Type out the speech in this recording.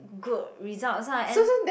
good results ah and